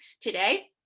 today